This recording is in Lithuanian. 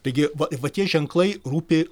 taigi va va tie ženklai rūpi